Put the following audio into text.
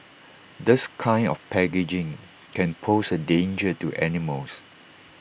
this kind of packaging can pose A danger to animals